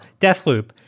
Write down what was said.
Deathloop